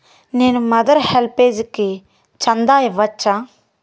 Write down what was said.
నేను మదర్ హెల్పేజ్కి చందా ఇవ్వచ్చా